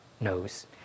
knows